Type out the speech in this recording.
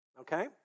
Okay